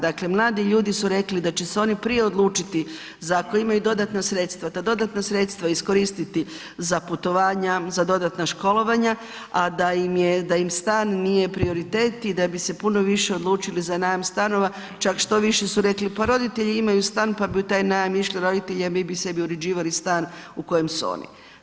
Dakle, mladi ljudi su rekli da će se oni prije odlučiti za ako imaju dodatna sredstva, ta dodatna sredstva iskoristiti za putovanja, za dodatna školovanja, a da im je, sa im stan nije prioritet i da bi se puno više odlučili za najam stanova čak što više su rekli, pa roditelji imaju stan, pa bi u taj najam išli roditelji, a mi bi sebi uređivali stan u kojem su oni.